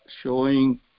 showing